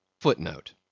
Footnote